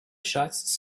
shots